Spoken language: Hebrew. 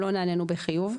לא נענינו בחיוב,